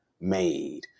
made